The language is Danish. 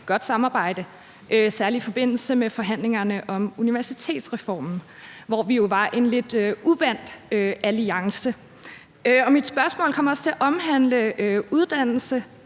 godt samarbejde, særlig i forbindelse med forhandlingerne om universitetsreformen, hvor vi jo var en lidt uvant alliance. Mit spørgsmål kommer også til at omhandle uddannelse,